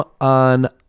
on